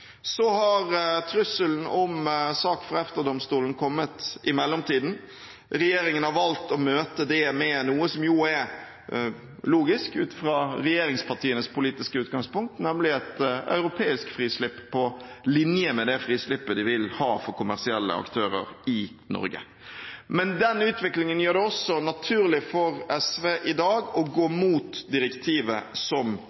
Så har trusselen om sak for EFTA-domstolen kommet i mellomtiden. Regjeringen har valgt å møte det med noe som jo er logisk ut fra regjeringspartienes politiske utgangspunkt, nemlig et europeisk frislipp på linje med det frislippet de vil ha for kommersielle aktører i Norge. Men den utviklingen gjør det også naturlig for SV i dag å gå mot direktivet som